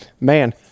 man